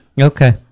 Okay